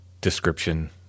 description